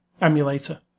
Emulator